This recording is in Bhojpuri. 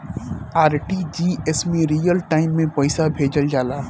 आर.टी.जी.एस में रियल टाइम में पइसा भेजल जाला